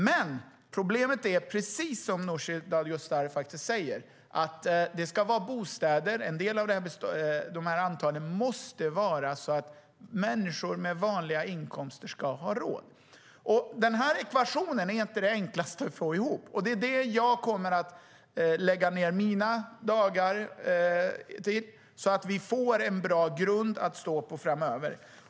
Men problemet är precis det Nooshi Dadgostar tar upp, nämligen att dessa bostäder måste vara sådana att människor med vanliga inkomster har råd att bo i dem. Den ekvationen är inte den enklaste att få ihop, men jag kommer att lägga ned min tid på att få en bra grund att stå på framöver.